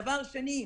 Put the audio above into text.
דבר שני,